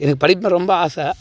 எனக்கு படிப்புனா ரொம்ப ஆசை